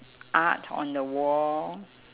art on the wall